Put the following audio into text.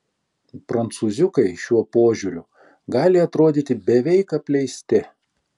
prancūziukai šiuo požiūriu gali atrodyti beveik apleisti